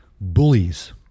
bullies